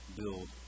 build